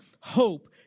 hope